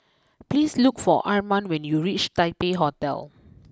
please look for Arman when you reach Taipei Hotel